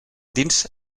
dins